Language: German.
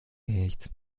nichts